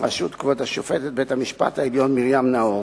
בראשות כבוד שופטת בית-המשפט העליון מרים נאור.